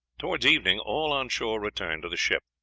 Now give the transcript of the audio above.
towards evening all on shore returned to the ship.